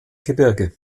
gebirge